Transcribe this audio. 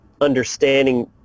understanding